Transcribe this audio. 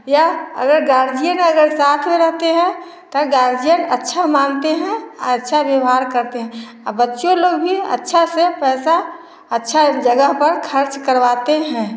या अगर गार्जियन साथ में रहते हैं या गार्जियन अच्छा मानते हैं अच्छा व्यवहार करते हैं बच्चे लोग भी अच्छा से पैसा अच्छा जगह पर खर्च करवाते हैं